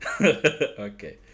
Okay